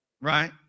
right